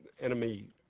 enemy